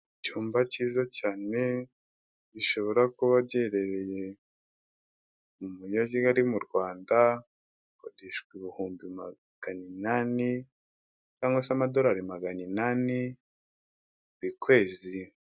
Icyumba cyiza cyane gishobora kuba giherereye mu mujyi wa Kigali mu Rwanda, hakodeshwa ibihumbi magana inani cyangwa se amadorari magana inani buri kwezi.